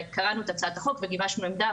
וקראנו את הצעת החוק וגיבשנו עמדה,